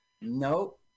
Nope